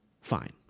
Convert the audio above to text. fine